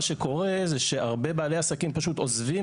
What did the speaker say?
מה שקורה זה שהרבה בעלי עסקים פשוט עוזבים